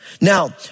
Now